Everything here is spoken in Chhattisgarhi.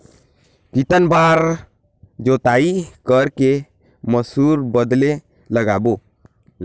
कितन बार जोताई कर के मसूर बदले लगाबो?